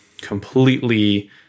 completely